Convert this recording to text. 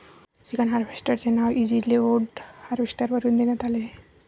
chicken harvester चे नाव Easyload harvester वरून देण्यात आले आहे